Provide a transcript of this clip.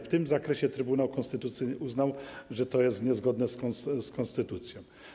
W tym zakresie Trybunał Konstytucyjny uznał, że jest to niezgodne z konstytucją.